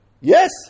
Yes